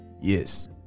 Yes